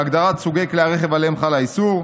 הגדרת סוגי כלי הרכב שעליהם חל האיסור,